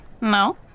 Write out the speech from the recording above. No